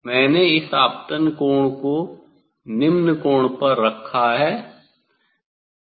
मैंने इस आपतन कोण को निम्न कोण पर रखा है